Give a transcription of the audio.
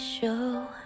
show